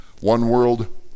one-world